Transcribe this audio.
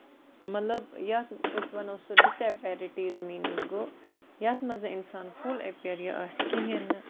مطلب یَتھ أسۍ وَنو سُہ ڈِسا فیورِ ٹیٖز میٖنٕز گوٚو یَتھ منٛز نہٕ اِنسان فُل ایٚپیر آسہِ کِہیٖنٛۍ نہٕ